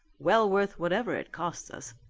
well worth whatever it costs us.